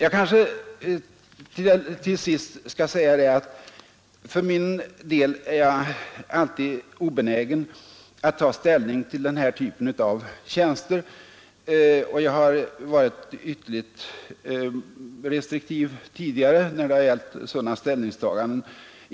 Allra sist vill jag säga att för min del är jag alltid obenägen att ta ställning till den här typen av tjänster, och jag har varit ytterligt restriktiv tidigare när det har gällt sådana ställningstaganden i utskottet.